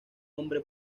hombre